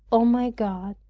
o my god,